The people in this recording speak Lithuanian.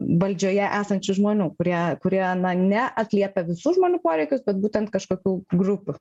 valdžioje esančių žmonių kurie kurie na ne atliepia visų žmonių poreikius bet būtent kažkokių grupių